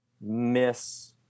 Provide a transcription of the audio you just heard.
miss